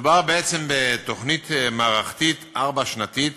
מדובר בעצם בתוכנית מערכתית ארבע-שנתית